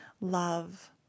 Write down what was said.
love